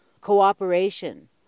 cooperation